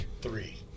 Three